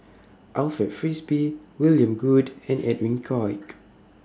Alfred Frisby William Goode and Edwin Koek